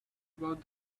about